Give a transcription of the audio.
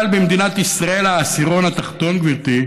אבל במדינת ישראל העשירון התחתון, גברתי,